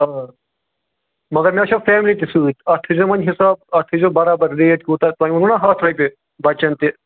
آ مگر مےٚ چھو فیملی تہِ سۭتۍ اتھ تھٲیزیٚو ونۍ حساب اتھ تھٲیزیٚو برابر ریٹ کوتاہ تۄہہِ ووٚنو نہ ہتھ رۄپیہ بچن تہِ